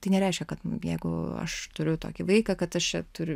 tai nereiškia kad jeigu aš turiu tokį vaiką kad aš čia turiu